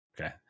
Okay